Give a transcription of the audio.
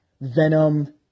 Venom